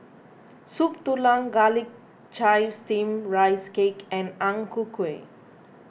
Soup Tulang Garlic Chives Steamed Rice Cake and Ang Ku Kueh